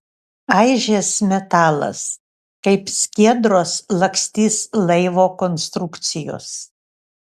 aižės metalas kaip skiedros lakstys laivo konstrukcijos